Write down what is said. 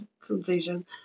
sensation